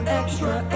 extra